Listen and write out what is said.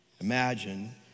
Imagine